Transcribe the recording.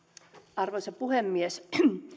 arvoisa puhemies